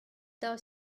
daou